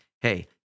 Hey